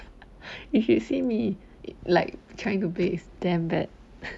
you should see me like trying to base damn bad